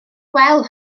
wel